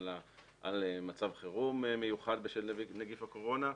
הממשלה על מצב חירום מיוחד בשל נגיף הקורונה.